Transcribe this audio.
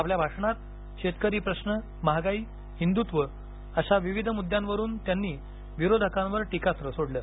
आपल्या भाषणात शेतकरी प्रश्न महागाई हिंद्त्व अशा विविध मुद्द्यांवरून त्यांनी विरोधकांवर टीकास्त्र सोडलं